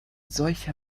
solcher